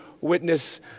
witness